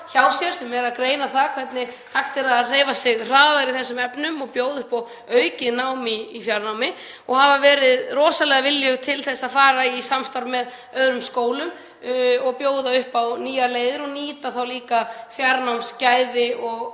sem er að greina það hvernig hægt er að hreyfa sig hraðar í þessum efnum og bjóða upp á aukið nám í fjarnámi. Þau hafa verið rosalega viljug til að fara í samstarf með öðrum skólum og bjóða upp á nýjar leiðir og nýta þá líka fjarnámsgæði og